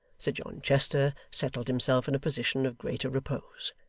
sir john chester settled himself in a position of greater repose,